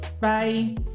Bye